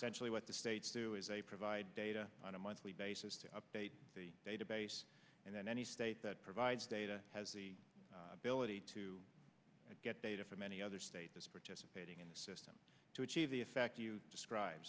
generally what the states do is a provide data on a monthly basis to update the database and then any state that provides data has the ability to get data from any other state as participating in the system to achieve the effect you describe